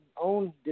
own